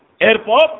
Airport